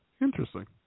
Interesting